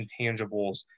intangibles